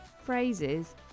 phrases